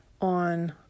on